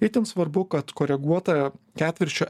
itin svarbu kad koreguota ketvirčio